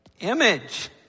image